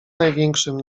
największym